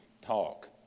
talk